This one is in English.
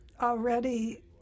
already